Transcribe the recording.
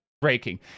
breaking